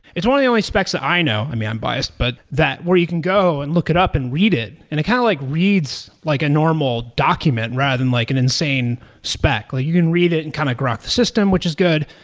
only only specs that i know. i mean, i'm biased, but that where you can go and look it up and read it, and it kind of like reads like a normal document rather than like an insane spec. like you can read it and kind of graph the system, which is good.